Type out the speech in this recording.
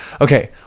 Okay